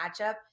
matchup